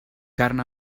carn